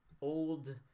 old